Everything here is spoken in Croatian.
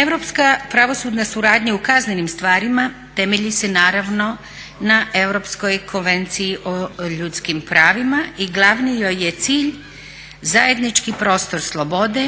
Europska pravosudan suradnja u kaznenim stvarima temelji se naravno na Europskoj konvenciji o ljudskim pravima i glavni joj je cilj zajednički prostor slobode,